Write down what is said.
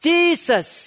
Jesus